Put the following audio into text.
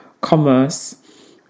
Commerce